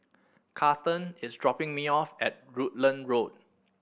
Kathern is dropping me off at Rutland Road